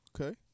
Okay